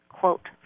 quote